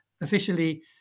officially